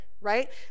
right